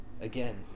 again